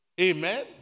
Amen